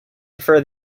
prefer